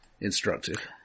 instructive